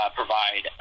provide